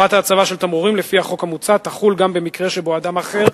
חובת ההצבה של תמרורים לפי החוק המוצע תחול גם במקרה שבו אדם אחר,